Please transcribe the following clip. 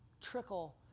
trickle